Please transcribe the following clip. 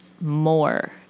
more